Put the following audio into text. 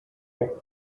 act